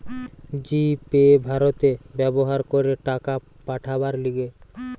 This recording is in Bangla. জি পে ভারতে ব্যবহার করে টাকা পাঠাবার লিগে